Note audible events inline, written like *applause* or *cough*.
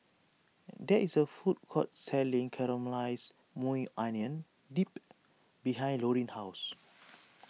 there is a food court selling Caramelized Maui Onion Dip behind Lorin's house *noise*